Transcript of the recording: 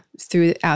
throughout